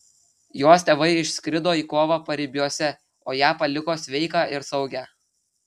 jos tėvai išskrido į kovą paribiuose o ją paliko sveiką ir saugią